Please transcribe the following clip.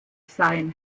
sein